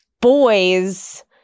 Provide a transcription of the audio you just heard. boys